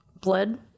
blood